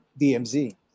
DMZ